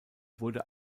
wurde